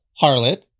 harlot